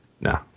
No